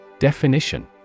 Definition